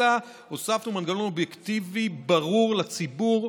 אלא הוספנו מנגנון אובייקטיבי ברור לציבור,